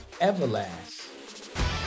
Everlast